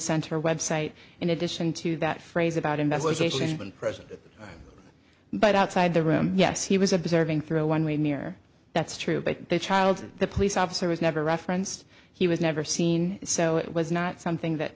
center website in addition to that phrase about investigation present but outside the room yes he was observing through a one way mirror that's true but the child the police officer was never referenced he was never seen so it was not something that